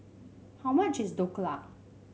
how much is Dhokla